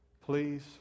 please